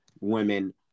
women